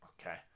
Okay